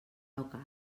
local